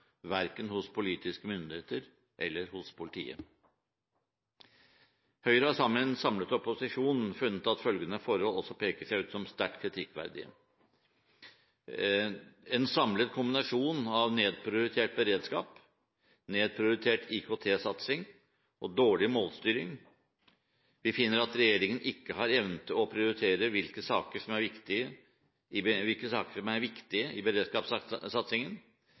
verken hos politiske myndigheter eller hos politiet. Høyre har sammen med en samlet opposisjon funnet at følgende forhold også peker seg ut som sterkt kritikkverdige: En samlet kombinasjon av nedprioritert beredskap, nedprioritert IKT-satsing og dårlig målstyring. Vi finner at regjeringen ikke har evnen til å prioritere hvilke saker som er viktige i